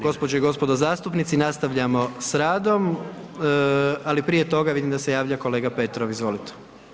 Gospođe i gospodo zastupnici nastavljamo s radom, ali prije toga vidim da se javlja kolega Petrov, izvolite.